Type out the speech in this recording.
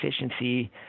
efficiency